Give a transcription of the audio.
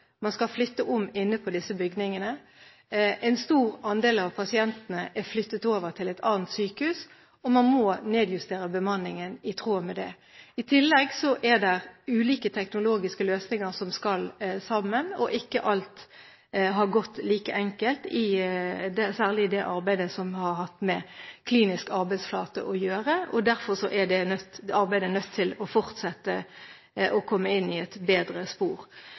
Man har sine bygninger, og man skal flytte om inne i disse bygningene. En stor andel av pasientene er flyttet over til et annet sykehus, og man må nedjustere bemanningen i tråd med det. I tillegg er det ulike teknologiske løsninger som skal sammen, og ikke alt har gått like enkelt, særlig ikke i det arbeidet som har hatt med klinisk arbeidsflate å gjøre. Derfor er det arbeidet nødt til å fortsette for å komme inn i et bedre spor.